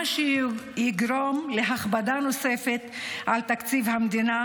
מה שיהיו יגרום להכבדה נוספת על תקציב המדינה,